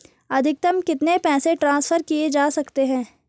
अधिकतम कितने पैसे ट्रांसफर किये जा सकते हैं?